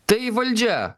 tai valdžia